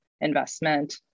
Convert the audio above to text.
investment